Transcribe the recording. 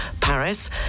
Paris